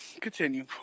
continue